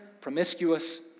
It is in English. promiscuous